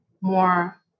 more